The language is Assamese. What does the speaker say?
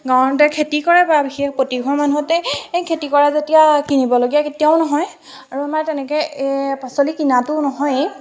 গাঁৱতে খেতি কৰে বা প্ৰতি ঘৰ মানুহতে খেতি কৰাজাতীয় কিনিবলগীয়া কেতিয়াও নহয় আৰু আমাৰ তেনেকৈ পাচলি কিনাতো নহয়ে